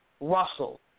Russell